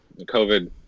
COVID